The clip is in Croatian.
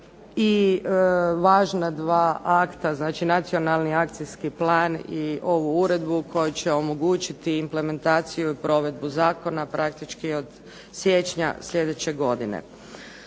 i važna dva akta. Znači, nacionalni akcijski plan i ovu Uredbu koja će omogućiti implementaciju i provedbu zakona praktički od siječnja sljedeće godine.